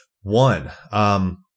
One